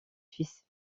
suisses